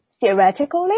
theoretically